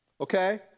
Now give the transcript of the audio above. okay